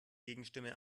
gegenstimme